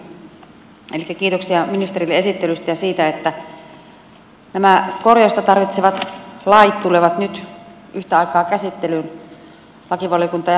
elikkä kiitoksia ministerille esittelystä ja siitä että nämä korjausta tarvitsevat lait tulevat nyt yhtä aikaa käsittelyyn lakivaliokuntaan ja hallintovaliokuntaan